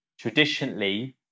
traditionally